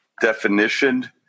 definition